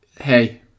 Hey